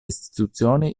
istituzioni